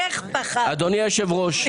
אדוני היושב ראש,